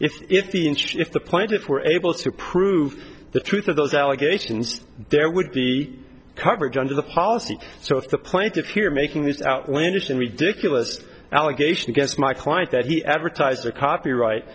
interest if the plaintiffs were able to prove the truth of those allegations there would be coverage under the policy so if the plaintiffs here making these outlandish and ridiculous allegation against my client that he advertised the copyright